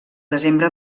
desembre